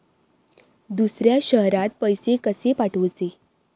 दुसऱ्या शहरात पैसे कसे पाठवूचे?